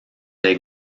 les